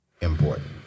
important